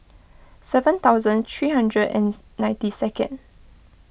seven thousand three hundred and ninety second